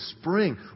spring